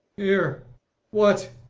here what,